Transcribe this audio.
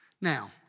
Now